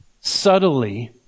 subtly